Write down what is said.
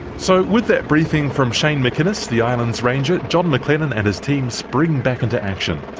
so with that briefing from shane mcinnes, the island's ranger, john mclennan and his team spring back into action.